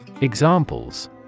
Examples